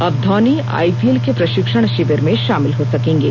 अब धौनी आईपीएल के प्रशिक्षण शिविर में शामिल हो सकेंगे